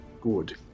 Good